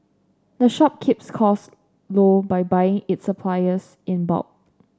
the shop keeps costs low by buying its supplies in bulk